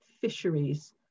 fisheries